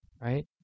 right